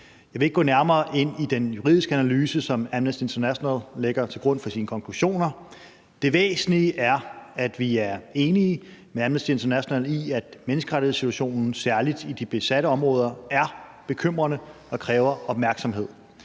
Jeg vil ikke gå nærmere ind i den juridiske analyse, som Amnesty International lægger til grund for sine konklusioner. Det væsentlige er, at vi er enige med Amnesty International i, at menneskerettighedssituationen særlig i de besatte områder er bekymrende og kræver opmærksomhed.